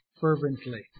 fervently